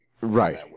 Right